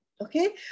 okay